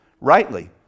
rightly